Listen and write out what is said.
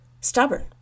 stubborn